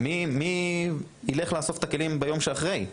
מי ילך לאסוף את הכלים ביום שאחרי?